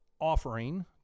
offering